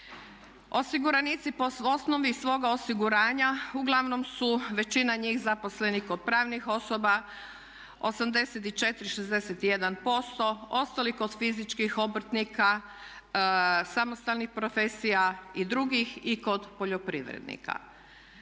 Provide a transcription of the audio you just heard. Osiguranici po osnovi svoga osiguranja uglavnom su, većina njih, zaposleni kod pravnih osoba, 84 61%, ostali kod fizičkih obrtnika, samostalnih profesija i drugih i kod poljoprivrednika.